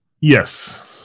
yes